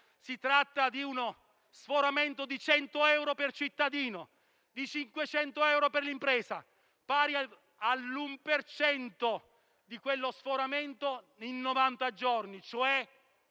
Si tratta di uno sforamento di 100 euro per cittadino e di 500 euro per l'impresa, pari all'1 per cento di quello sforamento in novanta giorni.